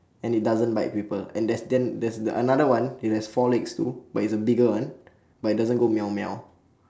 and it doesn't bite people and there's then there' s the another one it has four legs too but it's a bigger one but it doesn't go meow meow